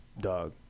dog